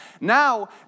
now